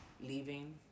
leaving